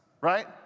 right